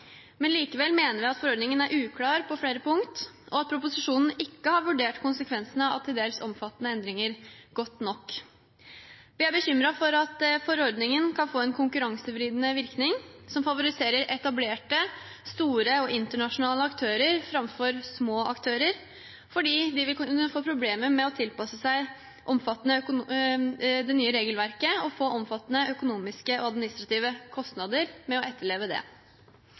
Likevel mener vi at forordningen er uklar på flere punkter, og at proposisjonen ikke har vurdert konsekvensene av til dels omfattende endringer godt nok. Vi er bekymret for at forordningen kan få en konkurransevridende virkning som favoriserer etablerte, store og internasjonale aktører framfor små aktører fordi de vil kunne få problemer med å tilpasse seg det nye regelverket og få omfattende økonomiske og administrative kostnader med å etterleve det.